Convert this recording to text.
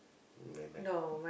never mind